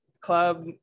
club